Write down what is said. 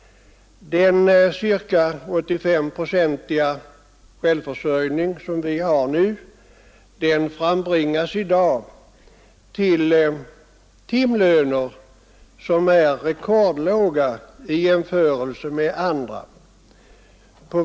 Den ca 85-procentiga självförsörjning vi nu har frambringas i dag till timlöner som är rekordlåga i jämförelse med andra yrkesgruppers.